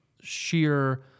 sheer